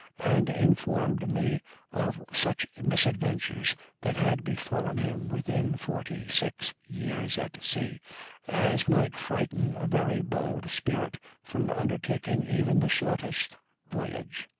and informed me of such misadventures that had befallen him within forty-six years at sea as might frighten a very bold spirit from undertaking even the shortest voyage.